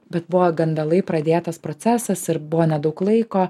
bet buvo gan vėlai pradėtas procesas ir buvo nedaug laiko